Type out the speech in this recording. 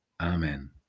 amen